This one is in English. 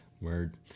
word